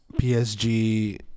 PSG